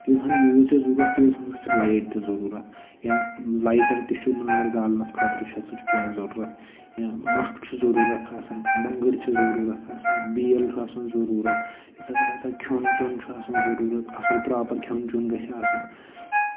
یُس زَن یوٗت چھُ اَسہِ ضوٚرتھ تیوٗت ہسا چھِ لایِٹ تہِ ضٔروٗرت یا لایٹَر تہِ چھُ نار زالنَس خٲطرٕ کیٚنہہ ضوٚرَتھ یا مَکھ چھُ ضٔروٗرتھ آسان بٔنٛگٕر چھُ ضٔروٗرتھ آسان میل چھُ آسان ضٔروٗرت یُس زَن ہسا کھیوٚن چیوٚن چھُ آسان ضٔروٗرت اَصٕل پرٛاپَر کھیوٚن چیوٚن گژھِ آسُن